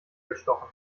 gestochen